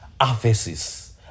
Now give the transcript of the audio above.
aphesis